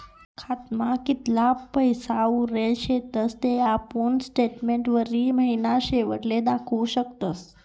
खातामा कितला पैसा उरेल शेतस ते आपुन स्टेटमेंटवरी महिनाना शेवटले दखु शकतस